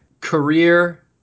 Career